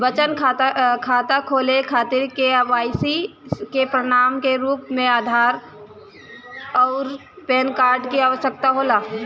बचत खाता खोले खातिर के.वाइ.सी के प्रमाण के रूप में आधार आउर पैन कार्ड की आवश्यकता होला